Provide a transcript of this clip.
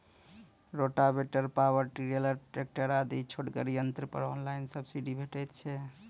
Rotavator, power tiller, tractor आदि छोटगर यंत्र पर ऑनलाइन सब्सिडी भेटैत छै?